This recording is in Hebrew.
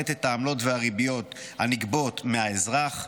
את העמלות והריביות הנגבות מהאזרח.